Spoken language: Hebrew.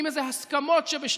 עם איזה הסכמות שבשתיקה.